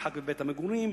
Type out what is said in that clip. המרחק מבית-המגורים,